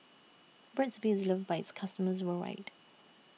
Burt's Bee IS loved By its customers worldwide